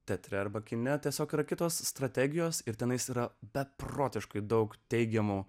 teatre arba kine tiesiog yra kitos strategijos ir tenais yra beprotiškai daug teigiamų